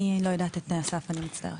אני לא יודעת את תנאי הסף, אני מצטערת.